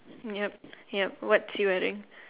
ya ya what's he wearing